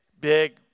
big